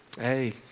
Hey